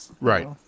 right